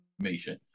information